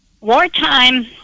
Wartime